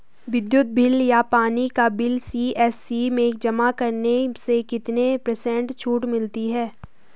विद्युत बिल या पानी का बिल सी.एस.सी में जमा करने से कितने पर्सेंट छूट मिलती है?